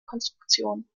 konstruktionen